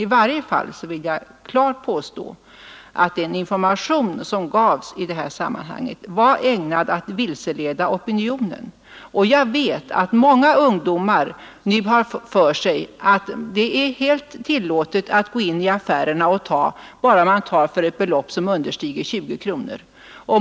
I varje fall vill jag klart påstå att den information som gavs i detta sammanhang var ägnad att vilseleda opinionen. Jag vet att många ungdomar nu har för sig att det är helt tillåtet att gå in i affärerna och ta, bara man tar för ett belopp som understiger 20 kronor.